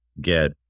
get